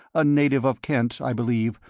a native of kent, i believe,